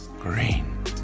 green